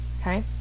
okay